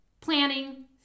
planning